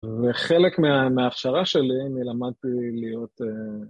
וחלק מההכשרה שלי מלמדתי להיות...